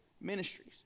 ministries